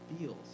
feels